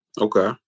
Okay